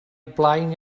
blaen